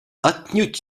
отнюдь